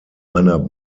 einer